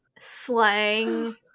slang